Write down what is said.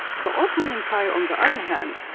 the ottoman empire on the other hand,